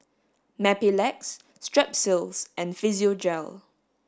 Mepilex Strepsils and Physiogel